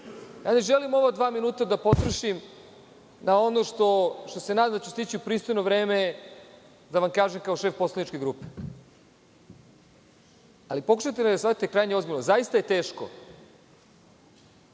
ne želim ova dva minuta da potrošim na ono što se nadam da ću stići u pristojno vreme da vam kažem kao šef poslaničke grupe, ali pokušajte da me shvatite krajnje ozbiljno. Zaista je teško